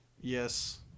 Yes